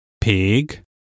pig